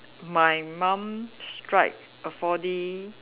my mum strike a four D